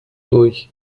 durch